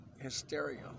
hysteria